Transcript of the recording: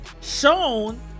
shown